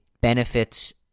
benefits